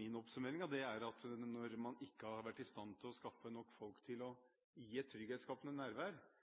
min oppsummering av det er at når man ikke har vært i stand til å skaffe nok politifolk til å